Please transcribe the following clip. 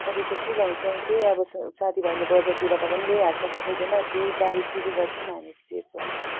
अरू त के लगाउँछौँ त्यही अब साथी भाइले बजारतिरबाट नि ल्याइहाल्छ कोही कोही बेला त्यही बाँडी चुँडी गर्छौँ हामी त त्यो पनि